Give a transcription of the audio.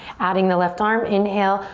adding the left arm, inhale,